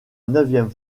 neuvième